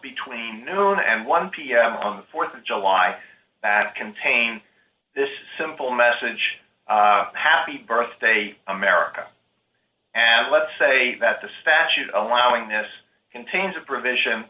between noon and one pm on the th of july that contain this simple message happy birthday america and let's say that the statute allowing this contains a provision